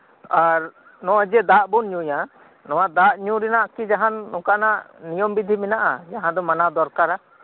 ᱟᱨ ᱱᱚᱜ ᱚᱭ ᱡᱮ ᱫᱟᱜ ᱵᱚᱱ ᱧᱩᱭᱟ ᱱᱚᱶᱟ ᱫᱟᱜ ᱧᱩᱨᱮᱱᱟᱜ ᱠᱤ ᱡᱟᱦᱟᱱ ᱚᱱᱠᱟᱱᱟᱜ ᱱᱤᱭᱚᱢ ᱵᱤᱫᱷᱤ ᱢᱮᱱᱟᱜᱼᱟ ᱡᱟᱦᱟᱸ ᱫᱚ ᱢᱟᱱᱟᱣ ᱫᱚᱨᱠᱟᱨᱟ